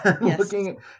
Looking